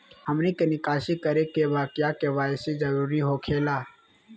हमनी के निकासी करे के बा क्या के.वाई.सी जरूरी हो खेला?